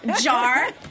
jar